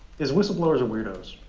is whistleblowers are weirdos.